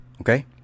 Okay